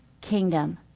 kingdom